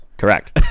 correct